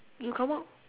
you come up